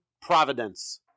providence